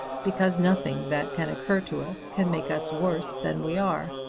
because nothing that can occur to us can make us worse than we are.